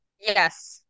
Yes